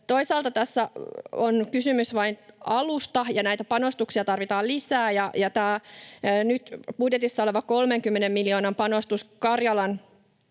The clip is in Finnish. Toisaalta tässä on kysymys vain alusta, ja näitä panostuksia tarvitaan lisää. Tämä nyt budjetissa oleva 30 miljoonan panostus Karjalan